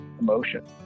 emotion